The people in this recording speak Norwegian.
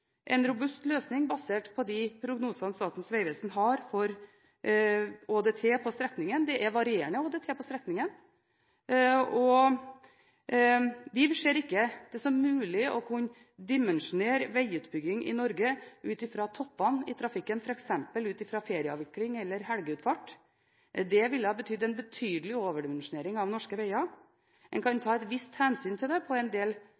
løsning basert på de prognosene Statens vegvesen har for ÅDT på strekningen. Det er varierende ÅDT på strekningen. Vi ser det ikke som mulig å kunne dimensjonere vegutbygging i Norge ut fra toppene i trafikken, f.eks. ut fra ferieavvikling eller helgeutfart. Det ville betydd en betydelig overdimensjonering av norske veger. En kan ta et visst hensyn til det på en